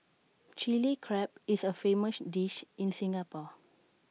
Chilli Crab is A famous dish in Singapore